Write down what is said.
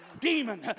demon